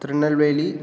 Tirunelveli